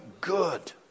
good